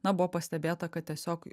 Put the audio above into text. na buvo pastebėta kad tiesiog